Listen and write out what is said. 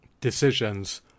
decisions